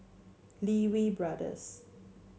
Lee Wee Brothers